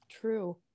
True